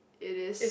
it is